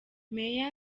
meya